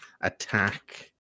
Attack